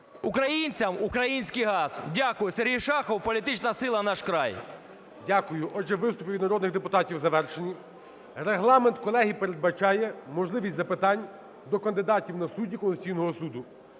Українцям – український газ! Дякую. Сергій Шахов, політична сила "Наш край". ГОЛОВУЮЧИЙ. Дякую. Отже, виступи від народних депутатів завершені. Регламент, колеги, передбачає можливість запитань до кандидатів на суддів Конституційного Суду